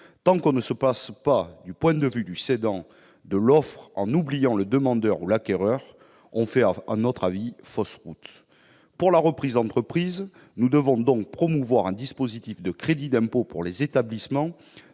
tant que l'on ne se place pas du point de vue du cédant de l'offre, en oubliant le demandeur ou l'acquéreur, on fait fausse route. Pour la reprise d'entreprise, nous devons donc promouvoir un dispositif de crédit d'impôt pour les établissements